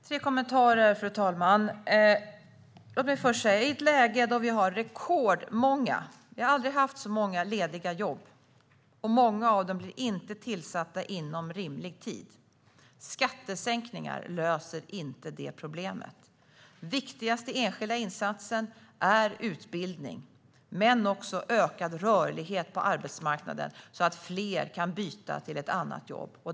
Fru talman! Jag har tre kommentarer. Vi är i ett läge där vi har rekordmånga lediga jobb. Vi har aldrig haft så många lediga jobb, och många av dem blir inte tillsatta inom rimlig tid. Skattesänkningar löser inte det problemet. Den viktigaste enskilda insatsen är utbildning. Men det behövs också ökad rörlighet på arbetsmarknaden så att fler kan byta till ett annat jobb.